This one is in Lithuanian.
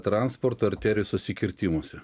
transporto arterijos susikirtimuose